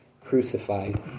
crucified